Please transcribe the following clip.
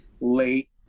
late